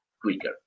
quicker